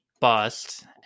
bust